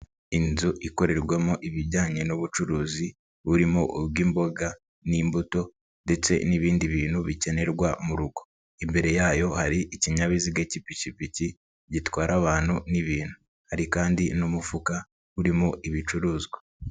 Inzu ikorerwamo ibijyanye n'ubucuruzi burimo ubw'imboga n'imbuto ndetse n'ibindi bintu bikenerwa mu rugo, imbere yayo hari ikinyabiziga cy'ipikipiki gitwara abantu n'ibintu, hari kandi n'umufuka urimo ibicuruzwa.